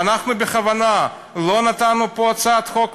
ואנחנו בכוונה לא נתנו פה בהצעת החוק,